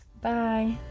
Bye